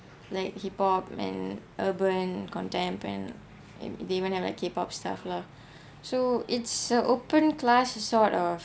like hip hop and urban contemp and there are even like K pop stuff lah so it's a open class sort of